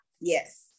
Yes